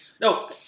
No